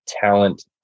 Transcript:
talent